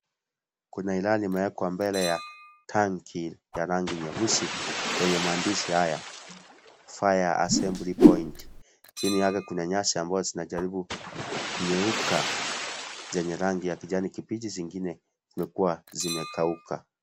Kuna ilani ambayo imewekwa mbele ya tanki ya rangi nyeusi yenye maandishi haya: "Fire assembly point" . Chini yake kuna nyasi ambayo zinajaribu kunyeuka zenye rangi ya kijani kibichi zingine imekuwa zimekauka.